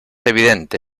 evidente